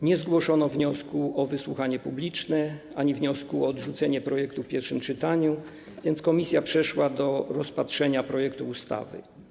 Nie zgłoszono wniosku o wysłuchanie publiczne ani wniosku o odrzucenie projektu w pierwszym czytaniu, więc komisja przeszła do rozpatrywania projektu ustawy.